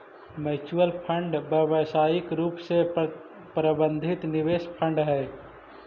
mutual fund व्यावसायिक रूप से प्रबंधित निवेश फंड हई